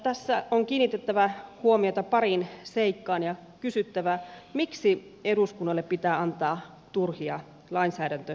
tässä on kiinnitettävä huomiota pariin seikkaan ja kysyttävä miksi eduskunnalle pitää antaa turhia lainsäädäntöesityksiä